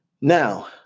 Now